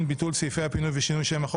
- ביטול סעיפי הפינוי ושינוי שם החוק),